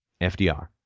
FDR